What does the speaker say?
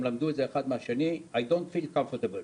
הם למדו את זה אחד מהשני "I don’t feel comfortable".